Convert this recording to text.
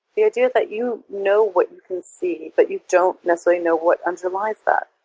the idea that you know what you can see but you don't necessarily know what underlies that.